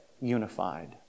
unified